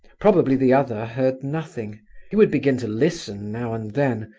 probably the other heard nothing he would begin to listen now and then,